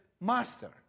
master